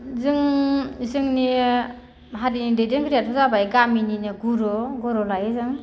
जों जोंनि हारिनि दैदेनगिरियाथ' जाबाय गामिनिनो गुरु गुरु लायो जों